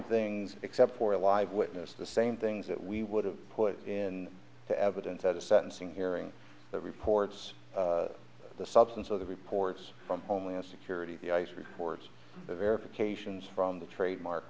things except for a live witness the same things that we would have put in the evidence at a sentencing hearing the reports of the substance of the reports from homeland security the records the verifications from the trademark